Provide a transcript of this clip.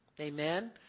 Amen